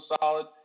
solid